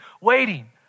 waiting